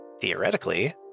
theoretically